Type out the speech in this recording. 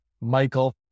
Michael